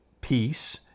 peace